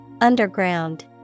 Underground